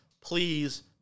please